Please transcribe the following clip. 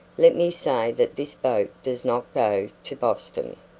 let me say that this boat does not go to boston.